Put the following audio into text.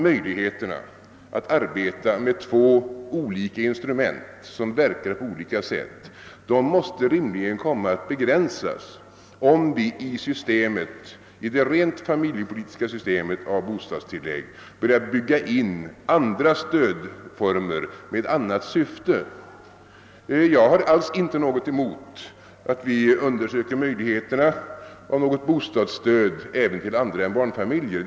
Möjligheterna att arbeta med två olika instrument som verkar på olika sätt måste rimligen komma att begränsas, om vi i det rent familjepolitiska systemet av bostadstillägg börjar bygga in andra stödformer med annat syfte. Jag har alls inte något emot att vi undersöker möjligheterna av bostadsstöd även till andra än barnfamiljer.